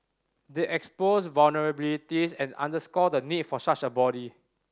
they exposed vulnerabilities and underscore the need for such a body